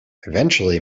eventually